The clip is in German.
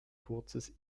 kurzes